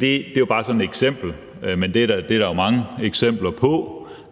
Det er bare et eksempel, men sådanne eksempler er der mange